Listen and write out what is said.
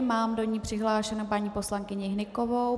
Mám do ní přihlášenou paní poslankyni Hnykovou.